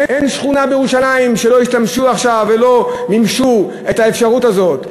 אין שכונה בירושלים שלא השתמשו עכשיו ולא מימשו בה את האפשרות הזאת.